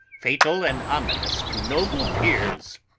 fatal and ominous to noble peers!